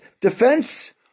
defense